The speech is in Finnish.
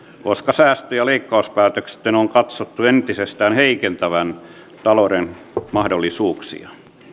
koska säästö ja leikkauspäätösten on katsottu entisestään heikentävän talouden mahdollisuuksia